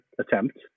attempt